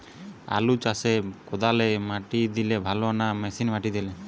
আলু চাষে কদালে মাটি দিলে ভালো না মেশিনে মাটি দিলে?